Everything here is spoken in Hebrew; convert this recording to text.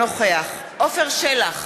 אינו נוכח עפר שלח,